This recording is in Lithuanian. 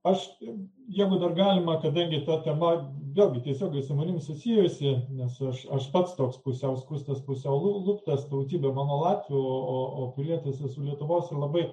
aš jeigu dar galima kadangi ta tema vėlgi tiesiogiai su manim susijusi nes aš aš pats toks pusiau skustas pusiau lu luptas tautybė mano latvių o o pilietis esu lietuvos ir labai